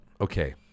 okay